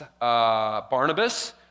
Barnabas